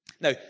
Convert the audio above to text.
Now